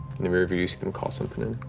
in the rear view you see him call something in.